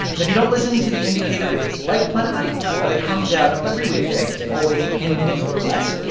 if you don't listen to the indicator, it's like planet money, but it comes out every weekday. it's always ten minutes or less.